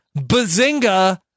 bazinga